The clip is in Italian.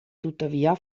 tuttavia